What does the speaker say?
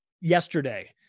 yesterday